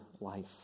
life